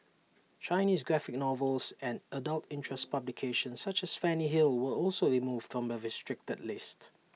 Chinese graphic novels and adult interest publications such as Fanny hill were also removed from the restricted list